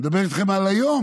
אני מדבר איתכם על היום,